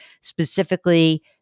specifically